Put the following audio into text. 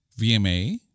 vma